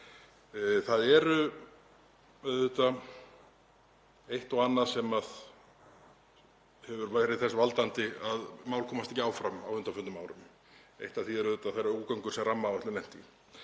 Það er eitt og annað sem er þess valdandi að mál komast ekki áfram á undanförnum árum. Eitt af því eru auðvitað þær ógöngur sem rammaáætlun lenti